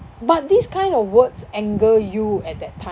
but this kind of words anger you at that time